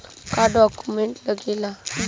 का डॉक्यूमेंट लागेला?